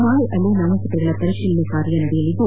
ನಾಳೆ ನಾಮಪತ್ರಗಳ ಪರಿಶೀಲನೆ ಕಾರ್ಯ ನಡೆಯಲಿದ್ದು